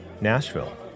Nashville